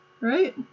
Right